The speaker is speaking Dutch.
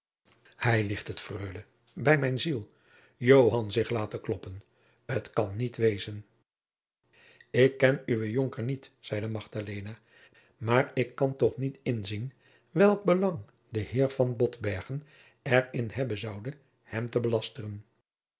hij liegt het freule bij mijn ziel joan zich laten kloppen t kan niet wezen ik ken uwen jonker niet zeide magdalena maar ik kan toch niet inzien welk belang de heer van botbergen er in hebben zoude hem te belasteren